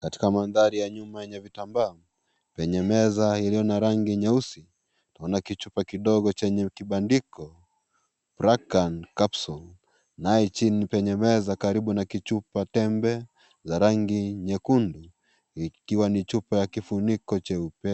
Katika mandhari ya nyuma yenye vitambaa, penye meza iliyo na rangi nyeusi, tunaona kichupa kidogo chenye kibandiko; Prucan Capsules naye chini kwenye meza karibu na kichupa tembe za rangi nyekundu, ikiwa ni chupa ya kifuniko cheupe.